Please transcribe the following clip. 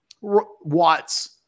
Watts